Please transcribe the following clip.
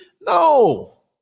No